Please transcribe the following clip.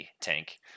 tank